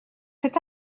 cet